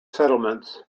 settlements